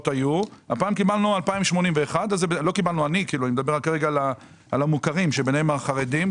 הפעם קיבלנו 2,081 - אני מדבר על המוכרים שבהם החרדים,